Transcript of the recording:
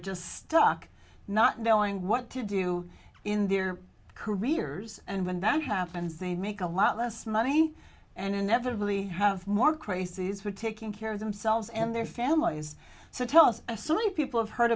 just stuck not knowing what to do in their careers and when that happens they make a lot less money and inevitably have more crazies were taking care of themselves and their families so tell us a so many people have heard